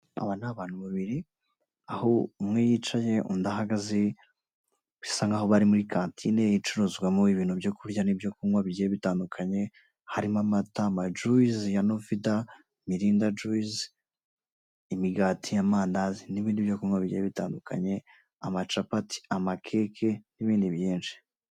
Aba ni abantu babiri aho umwe yicaye undi ahagaze, bisa nk'aho bari muri kantine icuruzwamo ibintu byo kurya n'ibyo kunywa bigiye bitandukanye harimo amatama, amajuwizi ya novida, milinda juwizi, imigati y'amandazi n'ibindi byo kunywa bigiye bitandukanye amacapati, amakeke n'ibindi byinshi.